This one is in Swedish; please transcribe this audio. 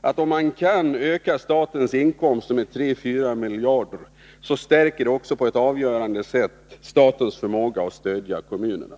att om man kan öka statens inkomster med 3 å 4 miljarder, så stärker detta på ett avgörande sätt statens förmåga att stödja kommunerna.